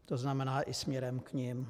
To znamená i směrem k nim.